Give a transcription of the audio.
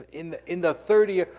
in the in the thirty,